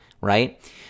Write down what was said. right